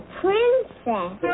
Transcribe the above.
princess